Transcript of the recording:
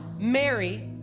Mary